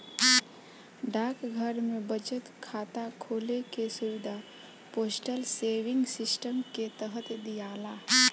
डाकघर में बचत खाता खोले के सुविधा पोस्टल सेविंग सिस्टम के तहत दियाला